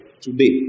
today